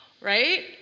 Right